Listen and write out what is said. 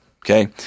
Okay